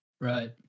Right